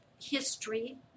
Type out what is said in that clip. history